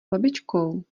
babičkou